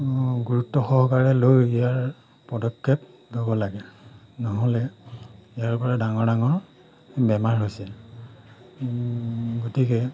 গুৰুত্ব সহকাৰে লৈ ইয়াৰ পদক্ষেপ ল'ব লাগে নহ'লে ইয়াৰ পৰা ডাঙৰ ডাঙৰ বেমাৰ হৈছে গতিকে